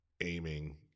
aiming